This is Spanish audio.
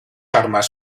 armas